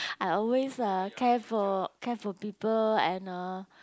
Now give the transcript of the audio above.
I always ah care for care for people and uh